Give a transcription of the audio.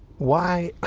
why,